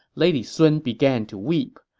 lady sun began to weep.